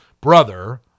brother